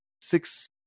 six